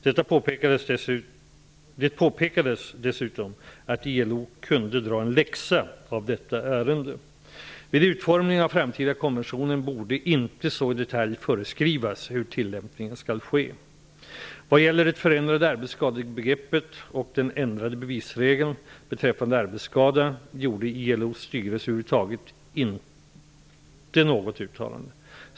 Det påpekades dessutom att ILO kunde dra lärdom av detta ärende. Vid utformningen av framtida konventioner borde inte så i detalj föreskrivas hur tillämpningen skall ske. Vad gäller det förändrade arbetsskadebegreppet och den ändrade bevisregeln beträffande arbetsskada gjorde ILO:s styrelse över huvud taget inte något uttalande.